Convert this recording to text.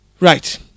right